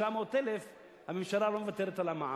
קונים הוא 900,000 הממשלה לא מוותרת על מע"מ,